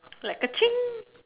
like